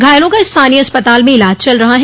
घायलों का स्थानीय अस्पताल में इलाज चल रहा है